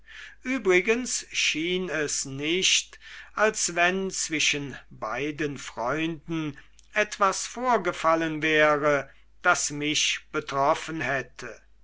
übrigens schien es nicht als wenn zwischen den beiden freunden etwas vorgefallen wäre das mich betroffen hätte